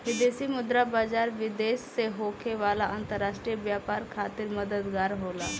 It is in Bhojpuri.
विदेशी मुद्रा बाजार, विदेश से होखे वाला अंतरराष्ट्रीय व्यापार खातिर मददगार होला